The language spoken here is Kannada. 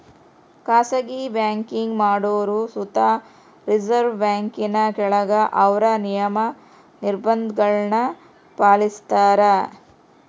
ಖಾಸಗಿ ಬ್ಯಾಂಕಿಂಗ್ ಮಾಡೋರು ಸುತ ರಿಸರ್ವ್ ಬ್ಯಾಂಕಿನ ಕೆಳಗ ಅವ್ರ ನಿಯಮ, ನಿರ್ಭಂಧಗುಳ್ನ ಪಾಲಿಸ್ತಾರ